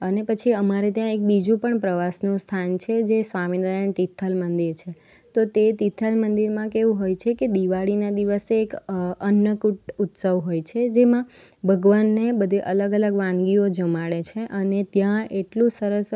અને પછી અમારે ત્યાં એક બીજુ પણ પ્રવાસનું સ્થાન છે જે સ્વામિનારાયણ તિથલ મંદિર છે તો તે તિથલ મંદિરમાં કેવું હોય છે કે દિવાળીના દિવસે એક અન્નકૂટ ઉત્સવ હોય છે જેમાં ભગવાનને બધી અલગ અલગ વાનગીઓ જમાડે છે અને ત્યાં એટલું સરસ